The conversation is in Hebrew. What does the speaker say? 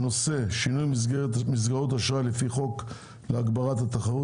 נושא הישיבה: שינוי מסגרות אשראי לפי חוק להגברת התחרות